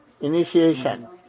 initiation